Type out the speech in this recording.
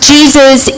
Jesus